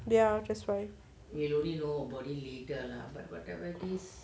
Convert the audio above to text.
ya just right